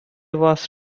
was